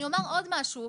אני אומר עוד משהו.